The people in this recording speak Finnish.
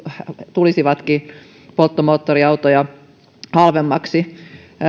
tulisivatkin polttomoottoriautoja halvemmaksi